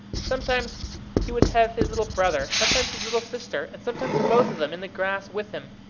sometimes he would have his little brother, sometimes his little sister, and sometimes both of them in the grass with him,